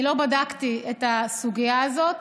אני לא בדקתי את הסוגיה הזאת,